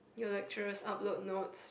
your lecturers upload notes